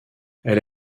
elle